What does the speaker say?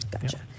Gotcha